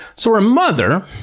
so her mother,